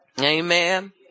Amen